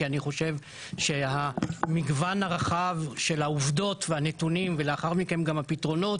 כי אני חושב שהמגוון הרחב של העובדות והנתונים ולאחר מכן גם הפתרונות